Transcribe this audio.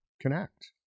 connect